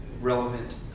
relevant